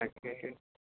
তাকেহে